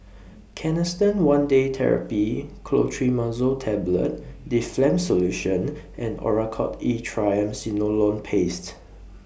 Canesten one Day Therapy Clotrimazole Tablet Difflam Solution and Oracort E Triamcinolone Paste